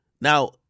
Now